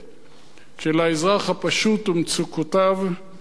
של האזרח הפשוט ומצוקותיו היומיומיות.